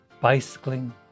bicycling